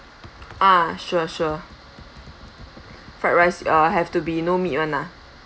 ah sure sure fried rice uh have to be not meat [one] lah